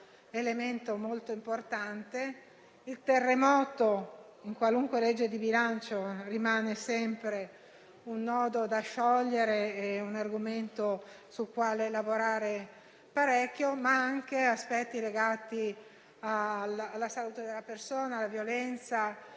elemento molto importante; il terremoto in qualunque legge di bilancio rimane sempre un nodo da sciogliere, un argomento sul quale lavorare parecchio, ma anche aspetti legati alla salute della persona, alla violenza,